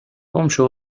گمشو